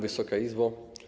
Wysoka Izbo!